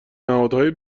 نهادهای